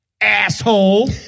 Asshole